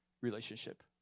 relationship